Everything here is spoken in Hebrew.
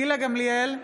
גילה גמליאל,